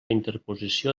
interposició